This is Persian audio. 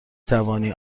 توانی